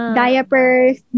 diapers